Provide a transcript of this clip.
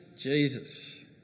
Jesus